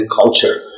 culture